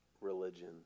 religion